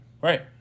Right